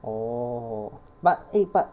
oh but eh but